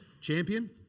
champion